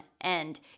end